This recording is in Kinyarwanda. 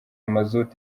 mazutu